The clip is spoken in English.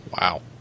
wow